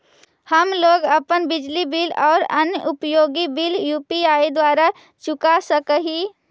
हम लोग अपन बिजली बिल और अन्य उपयोगि बिल यू.पी.आई द्वारा चुका सक ही